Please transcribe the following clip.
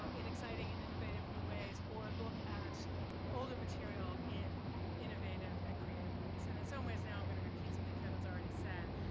um in exciting and innovative new ways, or look at older material in innovative and creative ways. and in some ways now, i'm going to repeat something kevin's already said.